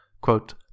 quote